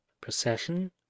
procession